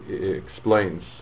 explains